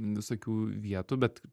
visokių vietų bet